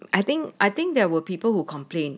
I think I think there were people who complain